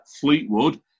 Fleetwood